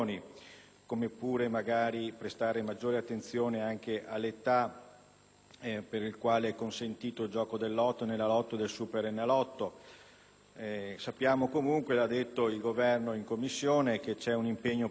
dalla quale è consentito il gioco del Lotto, dell'Enalotto e del Superenalotto. Sappiamo comunque, come ha detto il Governo in Commissione, che esiste un impegno preciso ad intervenire e disciplinare la materia con una